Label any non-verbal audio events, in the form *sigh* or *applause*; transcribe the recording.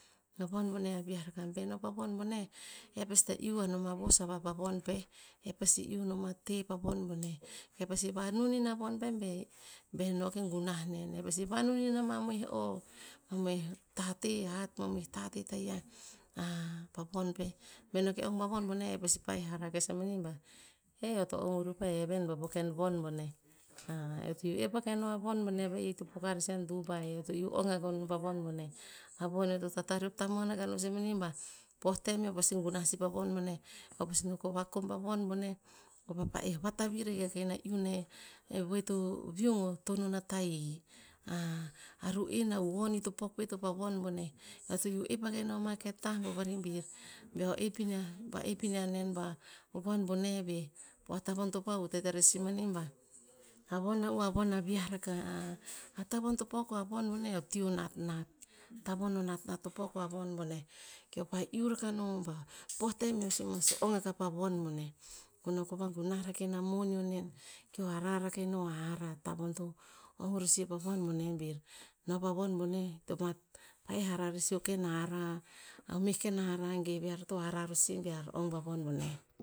A von boneh a viah rakah be no pa von boneh, e pasi tah iuh anom pa vos ava pa von peh. Eh pasi iuh nom a teh pa von boneh, e pasi vanun inah von peh be- beh noh ke gunah nen. Eh pasi vanun ina mamoih o, mamoih tateh hat, mamoih tateh taiah *hesitation* pa von peh. Beh no keh ong pa von boneh, e pasi pa'eh hara kes mani ba, "eh, eo to ong vuren pa heven boh." Po ken von boneh. *hesitation* eo to iuh oep akah ina von boneh va'i to poka rer sih a dubai. Eo to iuh ong akah no pa von boneh. A von eo to tatareop tamuan akah no sih mani ba, po tem eo pasi gunah sih po von boneh. Eo pasi no vakom pa von boneh. Ko pah pa'eh vatavir ahik akah ina iun eh, eh voeh to viung o tonun a tahi. *hesitation* a ru'en ah won ito pok pet o pah von boneh. Eo to iuh oep akah ina mah ken tah vari bir- beo oep iniah pah oep iniah nen ba, a von boneh. Poh a tavon to vahutet rer sih mani bah, a von ah u ah von aviah rakah. *hesitation* a tavon to pok a von boneh o tii o natnat. Tavon o natnat ot pok a von boneh. Keo pa iu rakah no ba pah o tem eo sih mas ong rakah pah von boneh. Ko- ko vagunah rakah ina moneo nen. Keo hara rakah ino harah o tavon to ong reh sih pa von boneh bir no pah von boneh. *unintelligible* pa'eh harah reh sih o ken harah, o meh ken harah gev ear to harah sih bear ong pa von boneh.